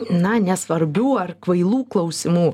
na nesvarbių ar kvailų klausimų